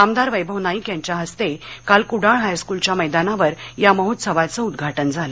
आमदार वैभव नाईक यांच्या हस्ते काल कुडाळ हायस्कुलच्या मैदानावर या महोत्सवाचं उदघाटन झालं